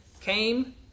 came